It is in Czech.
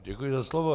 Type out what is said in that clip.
Děkuji za slovo.